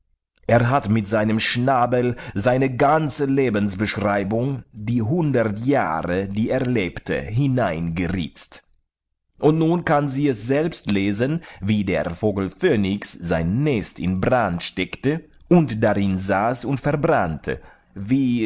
er hat mit seinem schnabel seine ganze lebensbeschreibung die hundert jahre die er lebte hineingeritzt nun kann sie es selbst lesen wie der vogel phönix sein nest in brand steckte und darin saß und verbrannte wie